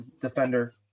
defender